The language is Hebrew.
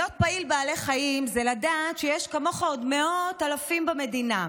להיות פעיל למען בעלי חיים זה לדעת שיש עוד מאות אלפים כמוך במדינה,